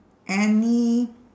any